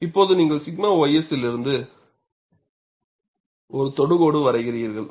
இப்போது நீங்கள் 𝛔 ys லிருந்து ஒரு தொடுகோடு வரைகிறீர்கள்